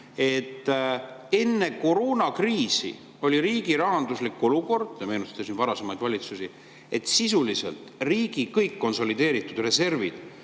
et enne koroonakriisi oli riigi rahanduslik olukord selline – te meenutasite varasemaid valitsusi –, et sisuliselt riigi kõik konsolideeritud reservid